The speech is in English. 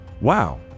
Wow